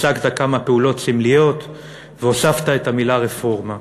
הצגת כמה פעולות סמליות והוספת את המילה "רפורמה"